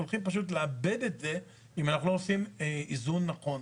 הולכים פשוט לאבד את זה אם אנחנו לא עושים איזון נכון.